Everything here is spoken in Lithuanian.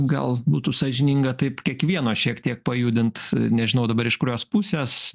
gal būtų sąžininga taip kiekvieno šiek tiek pajudint nežinau dabar iš kurios pusės